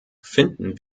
finden